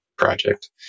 project